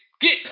get